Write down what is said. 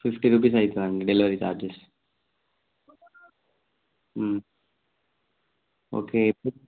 fifty rupees అవుతాయి అండి delivery charges okay ఇప్పుడు